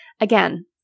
Again